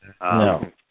No